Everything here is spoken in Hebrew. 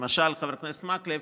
למשל, חבר הכנסת מקלב,